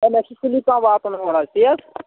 نہ مےٚ چھِ سُلی پَہَم واتُن اور حظ تی حظ